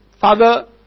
father